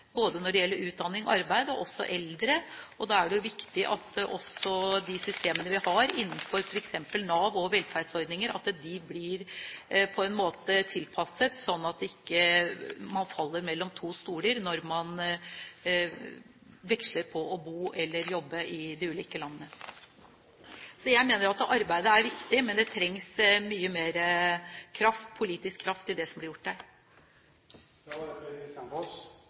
både når det gjelder utdanning og arbeid, og også når det gjelder de eldre. Da er det viktig at de systemene vi har innenfor f.eks. Nav og velferdsordninger, blir tilpasset, slik at man ikke faller mellom to stoler når man veksler på å bo eller jobbe i de ulike landene. Jeg mener at arbeidet er viktig, men det trengs mye mer politisk kraft i det som blir gjort her. Det var